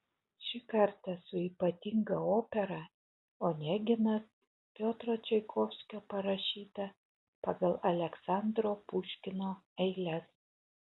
šį kartą su ypatinga opera oneginas piotro čaikovskio parašyta pagal aleksandro puškino eiles